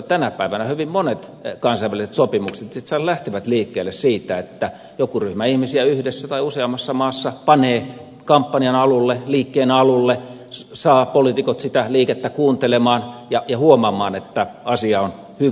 tänä päivänä hyvin monet kansainväliset sopimukset itse asiassa lähtevät liikkeelle siitä että joku ryhmä ihmisiä yhdessä tai useammassa maassa panee kampanjan alulle liikkeen alulle saa poliitikot sitä liikettä kuuntelemaan ja huomaamaan että asia on hyvä